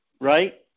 right